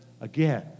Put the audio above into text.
again